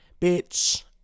Bitch